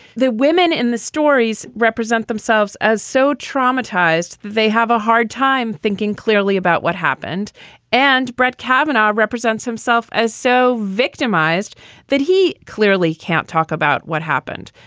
the women in the stories represent themselves as so traumatized. they have a hard time thinking clearly about what happened and brett kavanaugh represents himself as so victimized that he clearly can't talk about what happened.